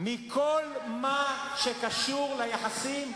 מכל מה שקשור ליחסים,